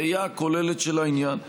הראייה הכוללת של העניין: